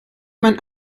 mein